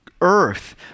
earth